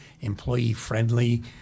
employee-friendly